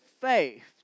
faith